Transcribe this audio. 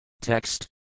Text